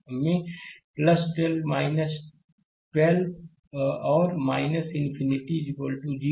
तो I1 में 12 I2 और इंफिनिटी 0